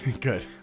good